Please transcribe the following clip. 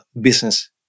business